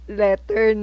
letter